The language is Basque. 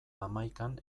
hamaikan